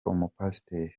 umupasiteri